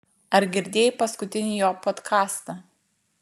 ar girdėjai paskutinį jo podkastą